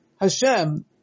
Hashem